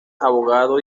abogado